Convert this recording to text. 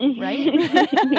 Right